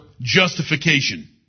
justification